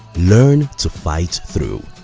learn to fight through